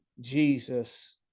jesus